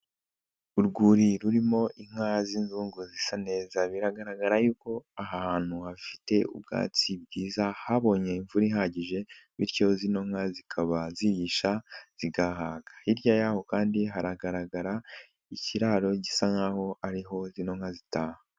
Urwuri rurimo inka z'inzungu zisa neza. Biragaragara yuko aha hantu hafite ubwatsi bwiza habonye imvura ihagije bityo zino nka zikaba zirisha zigahaga. Hirya y'aho kandi haragaragara ikiraro gisa nkaho ari ho zino nka zitaha.